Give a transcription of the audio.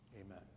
Amen